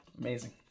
amazing